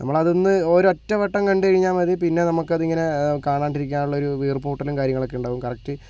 നമ്മൾ അതൊന്ന് ഒരൊറ്റവട്ടം കണ്ട് കഴിഞ്ഞാല് മതി പിന്നെ നമ്മൾക്ക് അതിങ്ങനെ കാണാണ്ടിരിക്കാനുള്ള ഒരു വീർപ്പുമുട്ടലും കാര്യങ്ങളും ഒക്കെ ഉണ്ടാകും കറക്ട്